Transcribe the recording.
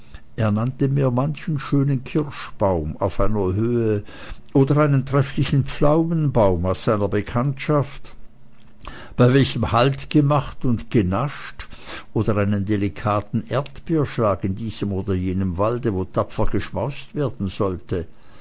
er nannte mir manchen schönen kirschbaum auf einer höhe oder einen trefflichen pflaumenbaum aus seiner bekanntschaft bei welchem haltgemacht und genascht oder einen delikaten erdbeerschlag in diesem oder jenem walde wo tapfer geschmaust werden solle